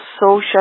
social